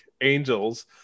angels